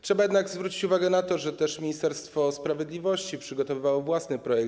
Trzeba jednak zwrócić uwagę na to, że Ministerstwo Sprawiedliwości przygotowywało własny projekt.